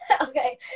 okay